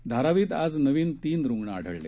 धारावीत आज नवीन तीन रुग्ण आढळले